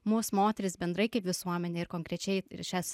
mus moteris bendrai kaip visuomenė ir konkrečiai ir šias